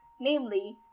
namely